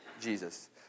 Jesus